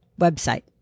Website